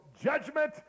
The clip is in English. judgment